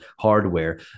hardware